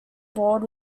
board